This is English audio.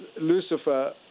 Lucifer